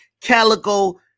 calico